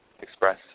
express